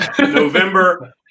November